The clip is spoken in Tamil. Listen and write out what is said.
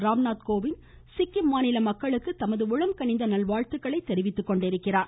ராம்நாத் கோவிந்த் சிக்கிம் மாநில மக்களுக்கு தமது உளம்கனிந்த வாழ்த்துக்களை தெரிவித்துக்கொண்டிருக்கிறார்